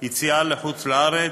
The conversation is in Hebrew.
(יציאה לחוץ-לארץ),